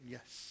Yes